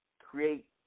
create